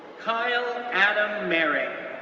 kyle adam merring,